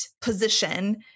position